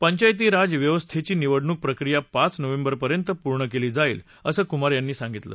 पंचायती राज व्यवस्थार्ती निवडणूक प्रक्रिया पाच नोव्हेंबरपर्यंत पूर्ण क्वी जाईल असं कुमार यांनी सांगितलं